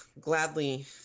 gladly